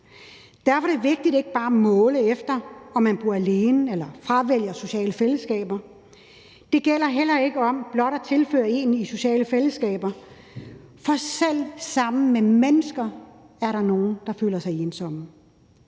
Derfor er det vigtigt ikke bare at måle efter, om man bor alene eller fravælger sociale fællesskaber. Det gælder heller ikke om blot at føre nogen ind i sociale fællesskaber, for selv sammen med mennesker er der nogle, der føler sig ensomme.